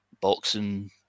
boxing